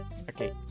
Okay